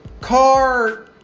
car